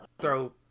throw